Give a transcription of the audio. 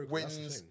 wins